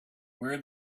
where